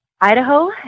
Idaho